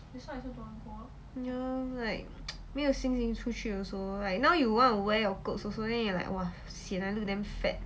ya like 没有心情出去 also like now you want wear your clothes also then you like !wah! sian I look damn fat